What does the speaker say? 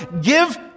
give